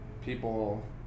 people